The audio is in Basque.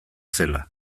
zela